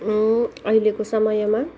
अहिलेको समयमा